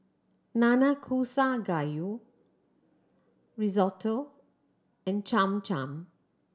Nanakusa Gayu Risotto and Cham Cham